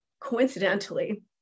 coincidentally